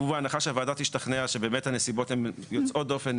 ובהנחה שהוועדה תשתכנע שבאמת הנסיבות הן יוצאות דופן,